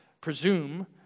presume